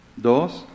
Dos